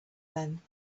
then